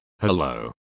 hello